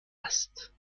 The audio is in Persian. است